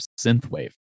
synthwave